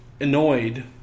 annoyed